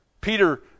Peter